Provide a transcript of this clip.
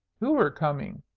who are coming?